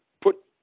put